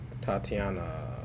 Tatiana